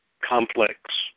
complex